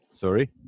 Sorry